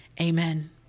Amen